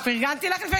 פרגנתי לך לפני